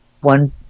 one